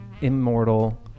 immortal